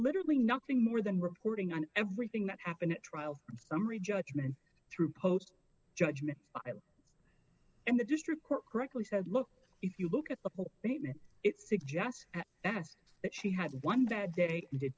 literally nothing more than reporting on everything that happened at trial summary judgment through post judgment and the district court correctly says look if you look at the whole thing even it suggests that that she had one that day did